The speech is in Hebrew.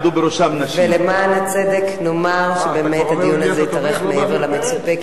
ולמען הצדק נאמר שבאמת הדיון הזה התארך מעבר למצופה,